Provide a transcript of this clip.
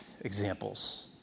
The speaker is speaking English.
examples